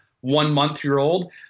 one-month-year-old